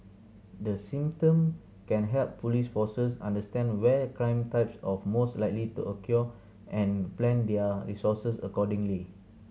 the system can help police forces understand where crime types of most likely to occur and plan their resources accordingly